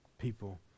People